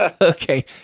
okay